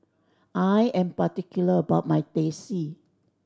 I am particular about my Teh C